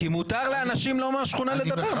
כי מותר לאנשים לא מהשכונה לדבר,